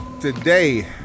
today